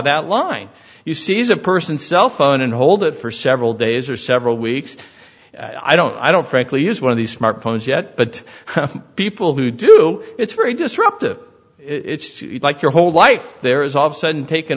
that line you seize a person cell phone and hold it for several days or several weeks i don't i don't frankly use one of these smartphones yet but people who do it's very disruptive it's like your whole life there is all of sudden taken